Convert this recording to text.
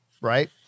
Right